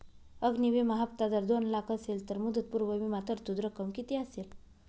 अग्नि विमा हफ्ता जर दोन लाख असेल तर मुदतपूर्व विमा तरतूद रक्कम किती असेल?